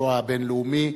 השואה הבין-לאומי.